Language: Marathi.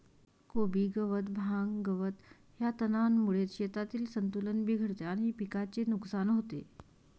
कोबी गवत, भांग, गवत या तणांमुळे शेतातील संतुलन बिघडते आणि पिकाचे नुकसान होते